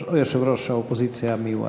יושב-ראש האופוזיציה המיועד.